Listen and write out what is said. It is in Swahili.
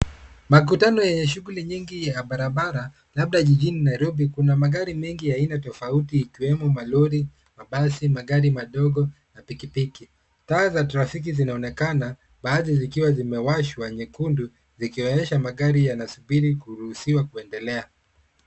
Makutano ya shughuli nyingi za barabara, labda mjini Nairobi, kuna magari mengi ya aina tofauti, ikiwemo malori, mabasi, magari madogo, na pikipiki. Taa za trafiki zinaonekana, baadhi zikiwa zimewashwa nyekundu, zikiashiria magari yasubiri kuruhusiwa kuendelea.